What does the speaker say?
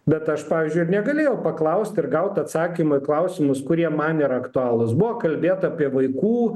bet aš pavyzdžiui ir negalėjau paklausti ir gaut atsakymą klausimus kurie man yra aktualūs buvo kalbėta apie vaikų